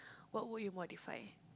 what would you modify